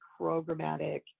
programmatic